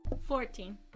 Fourteen